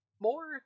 more